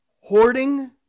Hoarding